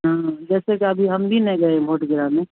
हाँ जैसे कि अभी हम भी नय गए वोट गिराने